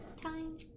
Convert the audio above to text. time